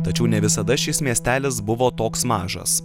tačiau ne visada šis miestelis buvo toks mažas